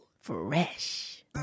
Fresh